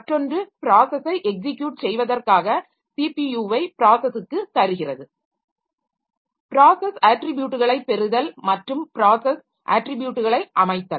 மற்றொன்று ப்ராஸஸை எக்ஸிக்யுட் செய்வதற்காக ஸிபியுவை ப்ராஸஸுக்கு தருகிறது ப்ராஸஸ் அட்ரிபியூட்களை பெறுதல் மற்றும் ப்ராஸஸ் அட்ரிபியூட்களை அமைத்தல்